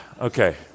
Okay